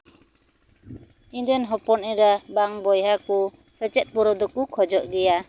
ᱤᱧ ᱨᱮᱱ ᱦᱚᱯᱚᱱ ᱮᱨᱟ ᱵᱟᱝ ᱵᱚᱭᱦᱟ ᱠᱚ ᱥᱮᱪᱮᱫ ᱫᱠᱚ ᱠᱷᱚᱡᱚᱜ ᱜᱮᱭᱟ